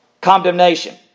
Condemnation